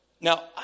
Now